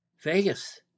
Vegas